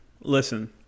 listen